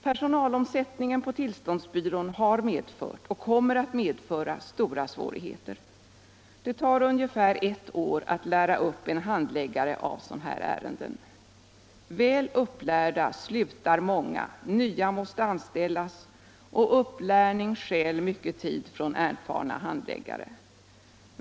Personalomsättningen på tillståndsbyrån har medfört och kommer att medföra stora svårigheter. Det tar ungefär ett år att lära upp en handläggare av sådana här ärenden. Väl upplärda slutar många, nya måste anställas och upplärning stjäl mycket tid från erfarna handläggare.